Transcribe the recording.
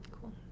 Cool